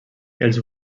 els